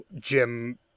Jim